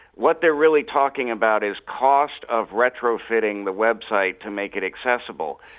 what they're really talking about is cost of retro-fitting the website to make it accessible.